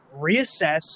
reassess